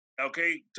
Okay